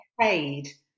paid